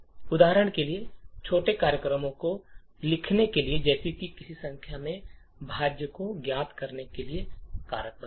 उदाहरण के लिए छोटे कार्यक्रमों को लिखने के लिए जैसे कि किसी संख्या के भाज्य को ज्ञात करने के लिए कारक बनाना